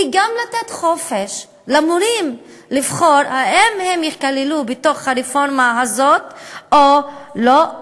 היא גם לתת למורים חופש לבחור אם הם ייכללו ברפורמה הזאת או לא,